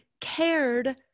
cared